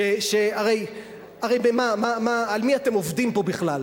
הרי על מי אתם עובדים פה בכלל?